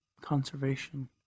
Conservation